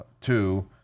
Two